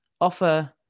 offer